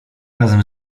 razem